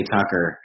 Tucker